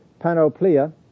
panoplia